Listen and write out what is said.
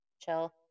chill